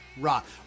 rock